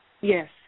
Yes